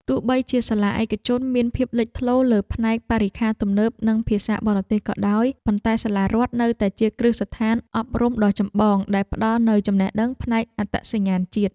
ទោះបីជាសាលាឯកជនមានភាពលេចធ្លោលើផ្នែកបរិក្ខារទំនើបនិងភាសាបរទេសក៏ដោយ ប៉ុន្តែសាលារដ្ឋនៅតែជាគ្រឹះស្ថានអប់រំដ៏ចម្បងដែលផ្ដល់នូវចំណេះដឹងផ្នែកអត្តសញ្ញាណជាតិ។